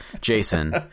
Jason